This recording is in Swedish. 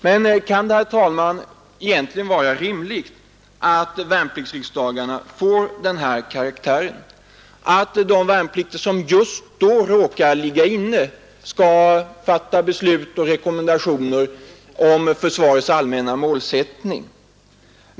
Men kan det, herr talman, egentligen vara rimligt att värnpliktsriksdagarna ges den karaktären att de värnpliktiga som just då råkar ligga inne skall få fatta beslut och utfärda rekommendationer om försvarets allmänna målsättning?